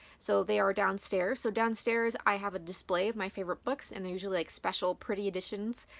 so they are downstairs. so downstairs, i have a display of my favorite books. and they usually like special pretty editions,